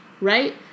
Right